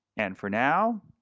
and for now,